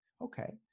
Okay